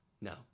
No